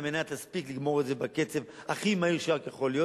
על מנת להספיק לגמור את זה בקצב הכי מהיר שיכול להיות,